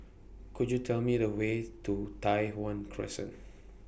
Could YOU Tell Me The Way to Tai Hwan Crescent